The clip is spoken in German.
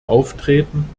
auftreten